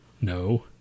No